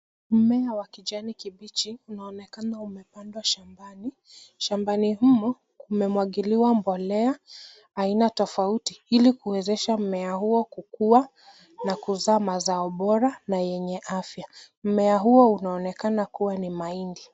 Mmea wa kijani kibichi unaonekana umepandwa shambani. Shambani humo kumemwagiliwa mbolea aina tofauti ili kuwezesha mmea huo kukua na kuzaa mazao bora na yenye afya. Mmea huo unaonekana kuwa ni mahindi.